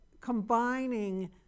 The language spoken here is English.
combining